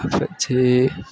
પછી